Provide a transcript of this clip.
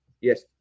Yes